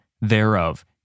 thereof